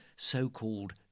so-called